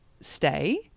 stay